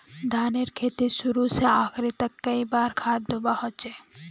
धानेर खेतीत शुरू से आखरी तक कई बार खाद दुबा होचए?